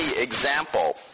example